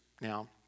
now